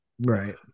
right